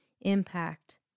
impact